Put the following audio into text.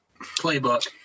playbook